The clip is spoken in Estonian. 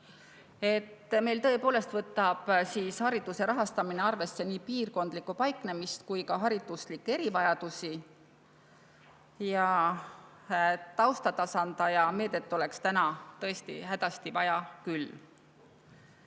Meil tõepoolest võtab hariduse rahastamine arvesse nii piirkondlikku paiknemist kui ka hariduslikke erivajadusi. Tausta tasandaja meedet oleks täna tõesti hädasti vaja.